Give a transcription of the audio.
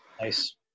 Nice